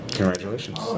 congratulations